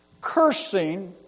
cursing